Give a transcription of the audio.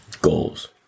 Goals